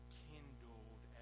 kindled